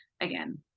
again